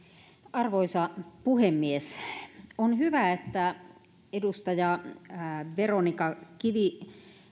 arvoisa puhemies on hyvä että edustaja veronica rehn kivi